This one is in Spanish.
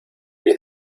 pies